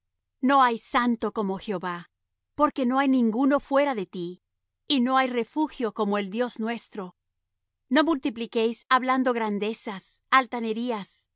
no hay santo como jehová porque no hay ninguno fuera de ti y no hay refugio como el dios nuestro no multipliquéis hablando grandezas altanerías